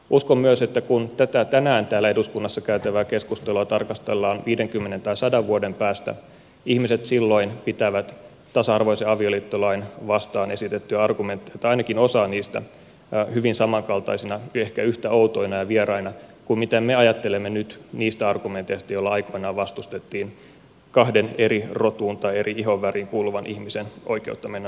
uskon myös että kun tätä tänään täällä eduskunnassa käytävää keskustelua tarkastellaan viidenkymmenen tai sadan vuoden päästä ihmiset silloin pitävät tasa arvoista avioliittolakia vastaan esitettyjä argumentteja tai ainakin osaa niistä hyvin samankaltaisina ehkä yhtä outoina ja vieraina kuin mitä me ajattelemme nyt niistä argumenteista joilla aikoinaan vastustettiin kahden eri rotuun tai eri ihonväriin kuuluvan ihmisen oikeutta mennä naimisiin keskenään